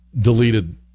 deleted